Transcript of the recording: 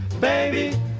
Baby